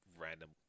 random